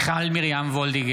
מיכל מרים וולדיגר,